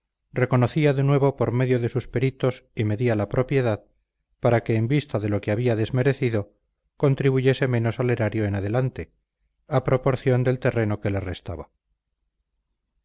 reconocía de nuevo por medio de sus peritos y medía la propiedad para que en vista de lo que había desmerecido contribuyese menos al erario en adelante a proporción del terreno que le restaba